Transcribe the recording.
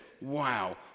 wow